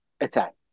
attack